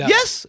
Yes